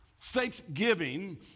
Thanksgiving